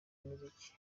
imiziki